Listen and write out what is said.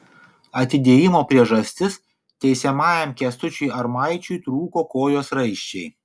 atidėjimo priežastis teisiamajam kęstučiui armaičiui trūko kojos raiščiai